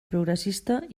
progressista